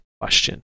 question